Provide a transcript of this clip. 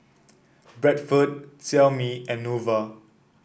Bradford Xiaomi and Nova